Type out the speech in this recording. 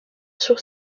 sur